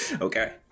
Okay